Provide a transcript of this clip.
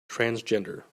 transgender